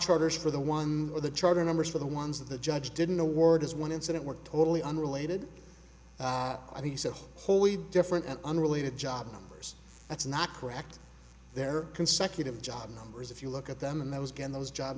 charters for the one or the charter numbers for the ones that the judge didn't award as one incident were totally unrelated and he said wholly different and unrelated job numbers that's not correct they're consecutive job numbers if you look at them and that was get those job